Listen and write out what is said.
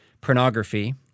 pornography